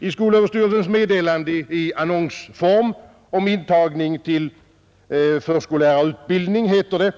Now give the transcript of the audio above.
I skolöverstyrelsens meddelande i annonsform om intagning till förskollärarutbildning heter det,